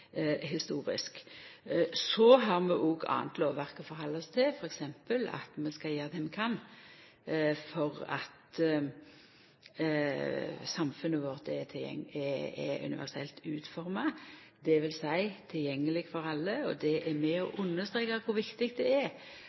historisk. Så har vi òg anna lovverk å halda oss til, f.eks. at vi skal gjera det vi kan for at samfunnet vårt er universelt utforma, dvs. tilgjengeleg for alle. Det er med på å understreka kor viktig det er